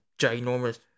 ginormous